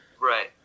right